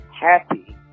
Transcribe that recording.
happy